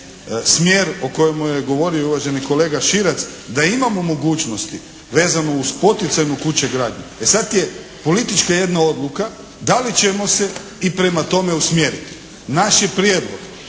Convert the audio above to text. smjer o kojemu je govorio uvaženi kolega Širac, da imamo mogućnosti vezano uz poticajnu kuće gradnju. E sad, ti je politička jedna odluka, da li ćemo se i prema tome usmjeriti? Naš je prijedlog